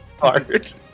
hard